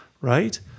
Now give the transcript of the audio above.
right